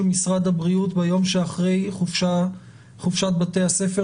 משרד הבריאות ביום שאחרי חופשת בתי הספר,